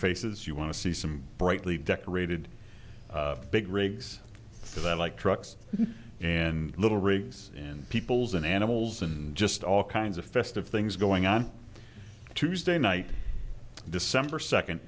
faces you want to see some brightly decorated big rigs that like trucks and little rigs and peoples and animals and just all kinds of festive things going on tuesday night december second